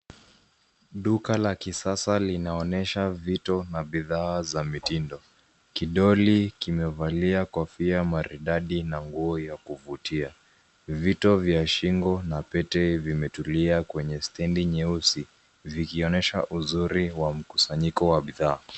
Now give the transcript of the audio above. Duka la kisasa linaonyesha vito na bidhaa za mitindo. Kidoli kimevalia kofia maridadi na nguo ya kuvutia. Vito vya shingo na pete vimetulia kwenye stendi nyeusi vikionyesha uzuri wa mkusanyiko wa bidhaa.